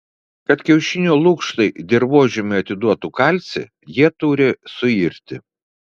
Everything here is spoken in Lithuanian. kad kiaušinio lukštai dirvožemiui atiduotų kalcį jie turi suirti